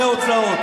אתה מספר לי?